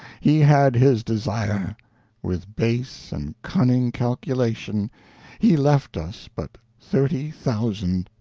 he had his desire with base and cunning calculation he left us but thirty thousand,